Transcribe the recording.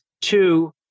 two